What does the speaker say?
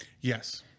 Yes